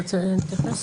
אתה רוצה להתייחס?